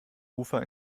ufer